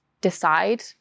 decide